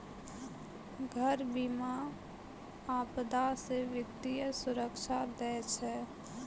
घर बीमा, आपदा से वित्तीय सुरक्षा दै छै